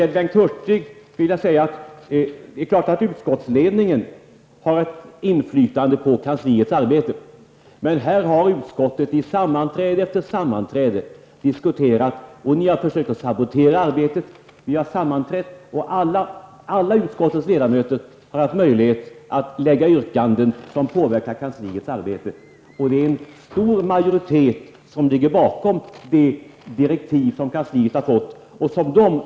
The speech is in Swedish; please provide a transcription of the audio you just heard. Till Bengt Hurtig vill jag säga att det är klart att utskottsledningen har ett inflytande på kansliets arbete, men utskottet har fört diskussioner vid sammanträde efter sammanträde, och ni har försökt att sabotera arbetet. Alla utskottets ledamöter har haft möjlighet att lägga fram yrkanden som kunnat påverka kansliets arbete. Det står en stor majoritet bakom de direktiv som kansliet har fått.